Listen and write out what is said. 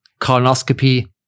colonoscopy